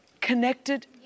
connected